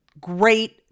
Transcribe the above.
great